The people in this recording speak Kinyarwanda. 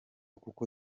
kuko